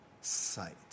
sight